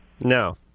No